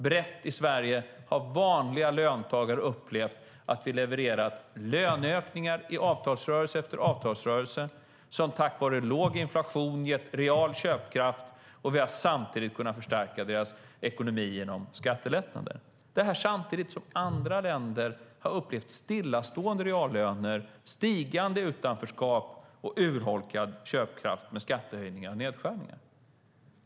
Brett i Sverige har vanliga löntagare upplevt att vi levererar löneökningar i avtalsrörelse efter avtalsrörelse, som tack vare låg inflation har gett real köpkraft, och vi har samtidigt kunnat förstärka deras ekonomi genom skattelättnader. Detta har skett samtidigt som andra länder har upplevt stillastående reallöner, stigande utanförskap och urholkad köpkraft med skattehöjningar och nedskärningar.